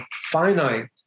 finite